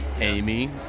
Amy